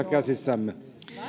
käsissämme